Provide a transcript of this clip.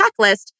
Checklist